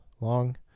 long